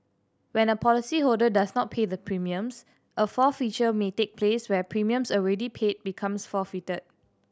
when a policyholder does not pay the premiums a forfeiture may take place where premiums already paid becomes forfeited